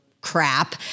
crap